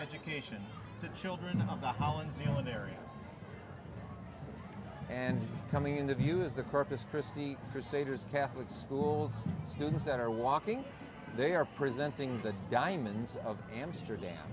education the children of the holland america and coming into view is the corpus cristi crusaders catholic schools students that are walking they are presenting the diamonds of amsterdam